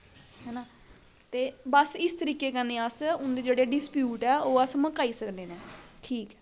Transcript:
ते हस इस तरीके कन्ने अस उन्दे जेह्ड़े डिस्पयूट ऐ ओह् अस मकाई सकने न ठीक